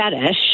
fetish